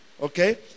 Okay